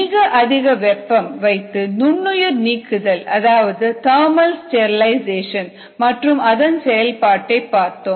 மிக அதிக வெப்பம் வைத்து நுண்ணுயிர் நீக்குதல் அதாவது தர்மல் ஸ்டெரிலைசேஷன் மற்றும் அதன் செயல்பாட்டை பார்த்தோம்